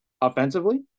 offensively